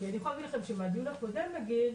כי אני יכולה להגיד לכם שמהדיון הקודם נגיד,